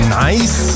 nice